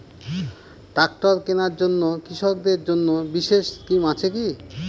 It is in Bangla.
ট্রাক্টর কেনার জন্য কৃষকদের জন্য বিশেষ স্কিম আছে কি?